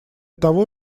того